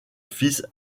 fils